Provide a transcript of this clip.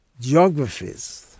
geographies